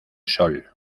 sol